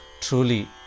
truly